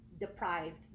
deprived